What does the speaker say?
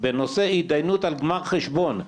בנושא התדיינות על גמר חשבון,